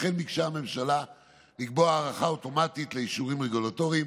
לכן ביקשה הממשלה לקבוע הארכה אוטומטית לאישורים רגולטוריים,